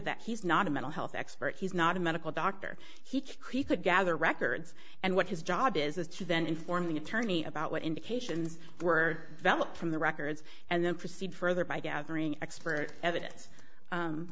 that he's not a mental health expert he's not a medical doctor he could gather records and what his job is is to then inform the attorney about what indications were valid from the records and then proceed further by gathering expert e